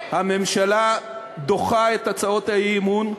הממשלה דוחה את הצעות האי-אמון,